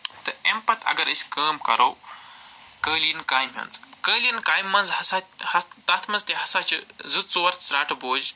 تہٕ اَمہِ پَتہٕ اَگر أسۍ کٲم کروٚو قٲلیٖن کامہِ ہنٛز قٲلیٖن کامہِ منٛز ہسا تَتھ منٛز تہِ ہسا چھِ زٕ ژور ژرٛٹہٕ بوجھ